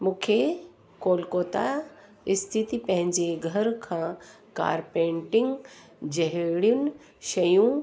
मूंखे कोलकता स्थिति पंहिंजे घर खां कारपेंटिंग जहिड़ियुनि शयूं